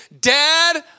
Dad